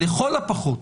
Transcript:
לכל הפחות